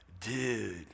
dude